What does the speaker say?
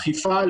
אכיפה,